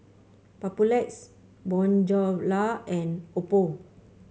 Papulex Bonjela and Oppo